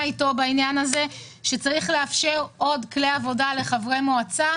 איתו בעניין הזה שצריך לאפשר עוד כלי עבודה לחברי מועצה.